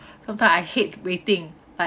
sometimes I hate waiting like